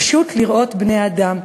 פשוט לראות בני-אדם,